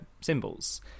symbols